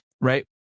right